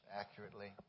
accurately